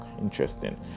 Interesting